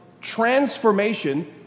transformation